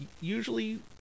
Usually